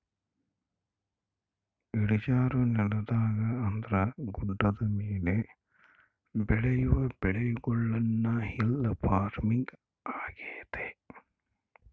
ಇಳಿಜಾರು ನೆಲದಾಗ ಅಂದ್ರ ಗುಡ್ಡದ ಮೇಲೆ ಬೆಳಿಯೊ ಬೆಳೆಗುಳ್ನ ಹಿಲ್ ಪಾರ್ಮಿಂಗ್ ಆಗ್ಯತೆ